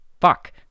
fuck